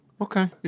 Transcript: Okay